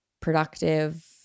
productive